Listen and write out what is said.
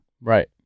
Right